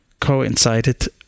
coincided